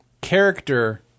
character